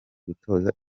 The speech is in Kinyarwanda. gutoza